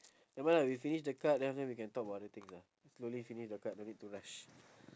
nevermind ah we finish the card then after that we can talk about other things ah slowly finish the card don't need to rush